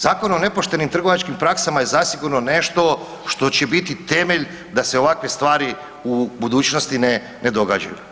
Zakon o nepoštenim trgovačkim praksama je zasigurno nešto što će biti temelj da se ovakve stvari u budućnosti ne događaju.